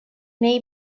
may